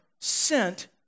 sent